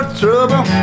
trouble